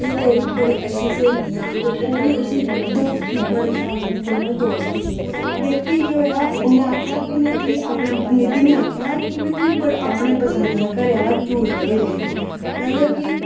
मैं तेरी बड़ी अच्छी स्हेली आं ते ओह् बी उसी दोस्ती बड़ी शैल उं'दी दोनें दी दोस्ती ही ते फ्ही केह् होएया उ'न्नै आखेआ कि मैं तुगी अपना निधि ने आखेआ कि मैं तुई बड़ा अपना पसंद घरै आह्ला चूज करियै देगी मतलब कि